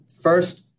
first